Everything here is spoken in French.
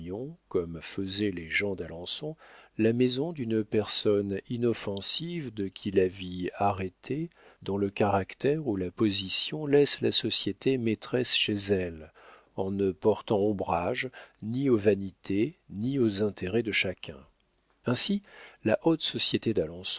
comme faisaient les gens d'alençon la maison d'une personne inoffensive de qui la vie arrêtée dont le caractère ou la position laisse la société maîtresse chez elle en ne portant ombrage ni aux vanités ni aux intérêts de chacun ainsi la haute société